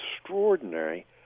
extraordinary